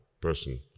person